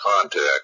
contact